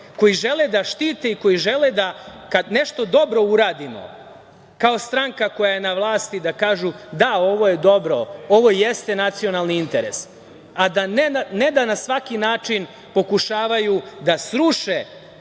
koji žele da štite i koji žele da kada nešto dobro uradimo kao stranka koja je na vlasti da kažu – da, ovo je dobro, ovo jeste nacionalni interes, a ne da na svaki način pokušavaju da sruše